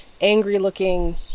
angry-looking